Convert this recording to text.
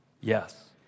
Yes